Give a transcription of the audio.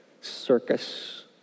circus